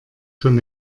schon